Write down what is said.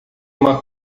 uma